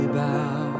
bow